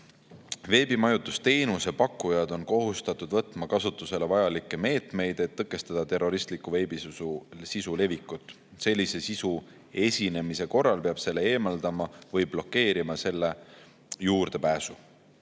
Veebimajutusteenuse pakkujad on kohustatud võtma kasutusele vajalikke meetmeid, et tõkestada terroristliku veebisisu levikut. Sellise sisu esinemise korral peab selle eemaldama või blokeerima selle juurdepääsu.